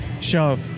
show